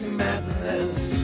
madness